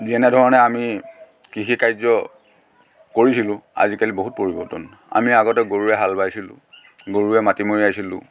যেনে ধৰণে আমি কৃষিকাৰ্য কৰিছিলোঁ আজিকালি বহুত পৰিৱৰ্তন আমি আগতে গৰুৱে হাল বাইছিলোঁ গৰুৱে মাটি মৰাইছিলোঁ